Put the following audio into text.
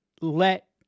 let